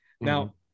now